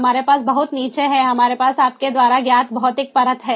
हमारे पास बहुत नीचे है हमारे पास आपके द्वारा ज्ञात भौतिक परत है